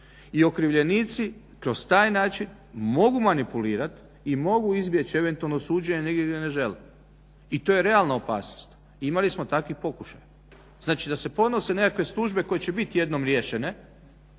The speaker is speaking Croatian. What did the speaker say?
I okrivljenici kroz taj način mogu manipulirat i mogu izbjeći eventualno suđenje negdje gdje ne žele i to je realna opasnost i imali smo takav pokušaj. Znači da se podnose nekakve tužbe koje će biti jednom riješene,